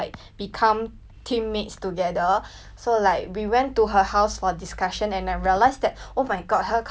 so like we went to her house for discussion and I realize that oh my god her house got cat leh then like her cat right